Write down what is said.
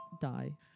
die